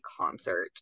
concert